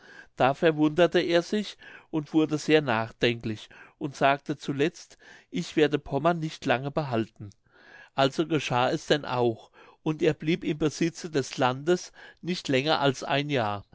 da verwunderte er sich und wurde sehr nachdenklich und sagte zuletzt ich werde pommern nicht lange behalten also geschah es denn auch und er blieb im besitze des landes nicht länger als ein jahr